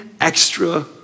extra